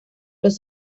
los